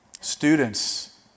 Students